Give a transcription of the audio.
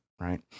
right